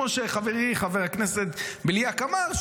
כמו שחברי חבר הכנסת בליאק אמר,